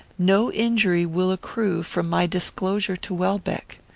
no injury will accrue from my disclosure to welbeck.